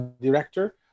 director